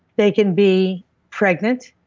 they can be pregnant,